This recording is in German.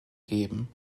geben